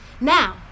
Now